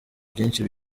byinshi